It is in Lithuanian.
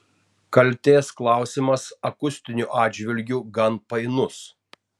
kaltės klausimas akustiniu atžvilgiu gan painus